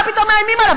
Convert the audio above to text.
מה פתאום מאיימים עליו?